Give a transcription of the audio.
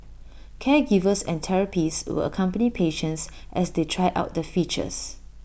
caregivers and therapists will accompany patients as they try out the features